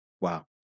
Wow